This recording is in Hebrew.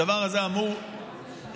הדבר הזה אמור להתמתן,